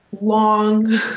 long